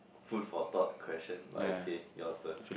food for thought question but it's okay your turn